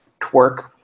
twerk